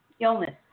illness